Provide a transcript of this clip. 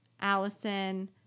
Allison